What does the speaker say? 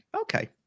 okay